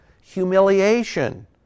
humiliation